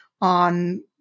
on